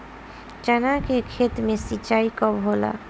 चना के खेत मे सिंचाई कब होला?